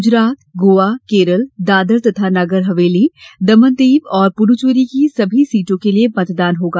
गुजरात गोवा केरल दादर तथा नगर हवेली दमन दीव और पुदुचेरी की सभी सीटों के लिए मतदान होगा